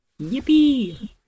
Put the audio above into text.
Yippee